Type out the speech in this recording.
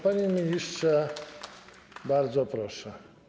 Panie ministrze, bardzo proszę.